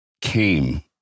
came